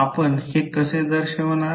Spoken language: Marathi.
आपण हे कसे दर्शवणार